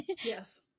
Yes